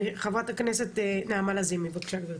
חברת הכנסת נעמה לזימי, בבקשה גברתי.